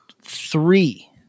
three